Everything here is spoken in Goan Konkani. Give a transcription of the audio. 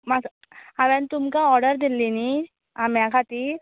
म्हाका हांवें तुमका ऑर्डर दिल्ली नी आंब्या खातीर